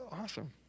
awesome